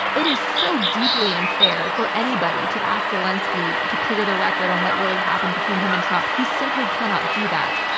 it is so deeply unfair for anybody to ask zelensky to clear the record on what really happened between him and trump. he simply cannot do that.